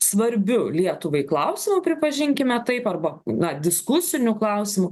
svarbiu lietuvai klausimu pripažinkime taip arba na diskusiniu klausimu